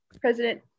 president